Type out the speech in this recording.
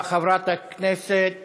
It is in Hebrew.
חברת הכנסת